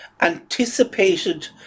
anticipated